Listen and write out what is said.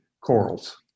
corals